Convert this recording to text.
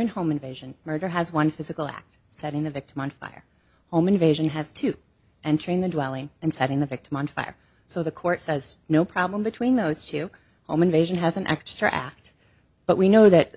and home invasion murder has one physical act setting the victim on fire home invasion has to entering the dwelling and setting the victim on fire so the court says no problem between those two home invasion has an extra act but we know that